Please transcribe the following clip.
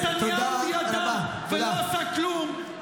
-- כי נתניהו ידע ולא עשה כלום -- תודה רבה.